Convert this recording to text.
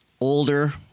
older